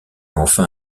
enfin